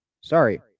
Sorry